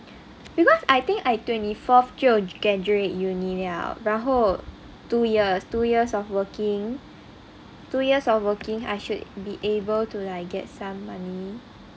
because I think I twenty fourth 就 graduate uni 了然后 two years two years of working two years of working I should be able to like get some money